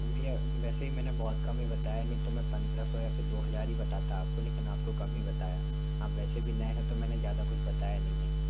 भईया वैसे ही मैंने बहुत कम ही बताए है नहीं तो मैं पंद्रह सौ या दो हजार ही बताता आपको लेकिन आपको कम ही बताया आप वैसे भी नए है तो मैंने ज़्यादा कुछ बताया नहीं है